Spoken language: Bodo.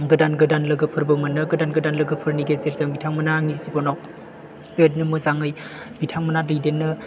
गोदान गोदान लोगोफोरबो मोनो गोदान गोदान लोगोफोरनि गेजेरजों बिथांमोना आंनि जिबनाव बेबायदिनो मोजाङै बिथांमोनहा दैदेननो